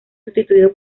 sustituido